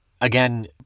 Again